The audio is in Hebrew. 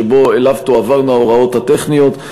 שאליו תועברנה ההוראות הטכניות.